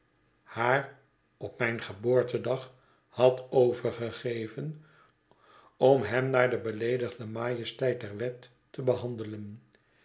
haar op mijn geboortedag had overgegeven om hem naar de beleedigde majesteit der wettebehandelen ik